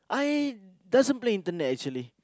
I doesn't play internet actually